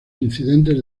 incidentes